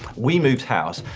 we moved house,